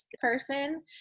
person